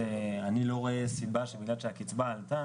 שנוגעת לזה שאנחנו מדברים על סכום של 300 שקלים,